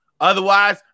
Otherwise